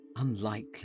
unlikely